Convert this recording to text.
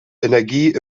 energie